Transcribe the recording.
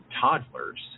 toddlers